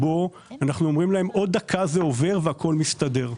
שאנחנו אומרים להם: עוד דקה זה עובר והכול מסתדר.